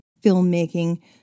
filmmaking